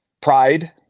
pride